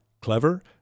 clever